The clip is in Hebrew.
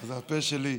אז זה הפה שלי.